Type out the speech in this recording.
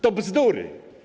To bzdury.